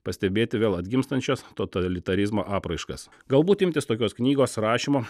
pastebėti vėl atgimstančias totalitarizmo apraiškas galbūt imtis tokios knygos rašymo